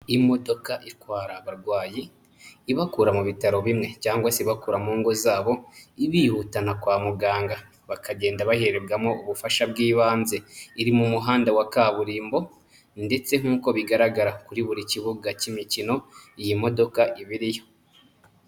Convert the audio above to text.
Imodoka itwara abarwayi ibakura mu bitaro bimwe cyangwa se bakura mu ngo zabo ibihutana kwa muganga, bakagenda baherebwamo ubufasha bw'ibanze. Iri mu muhanda wa kaburimbo ndetse nkuko bigaragara kuri buri kibuga cy'imikino iyi modoka iba iriyo.